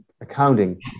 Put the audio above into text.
accounting